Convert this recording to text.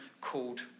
called